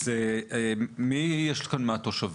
אז מי נמצא כאן מהתושבים?